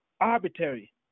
arbitrary